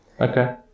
Okay